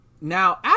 now